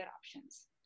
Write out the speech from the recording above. options